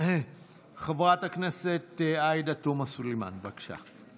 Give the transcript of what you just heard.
חברת הכנסת עאידה תומא סלימאן, בבקשה.